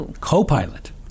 Co-pilot